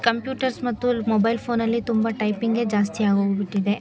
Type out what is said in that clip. computers ಮತ್ತು mobile ಫೋನಲ್ಲಿ ತುಂಬ ಟೈಪಿಂಗೇ ಜಾಸ್ತಿ ಆಗೋಗಿಬಿಟ್ಟಿದೆ